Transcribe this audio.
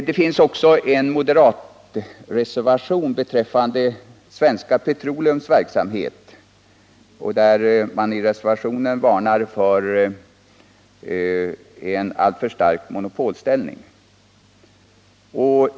I den moderata reservationen beträffande Svenska Petroleums verksamhet varnar man för en alltför stark monopolställning.